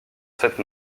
sept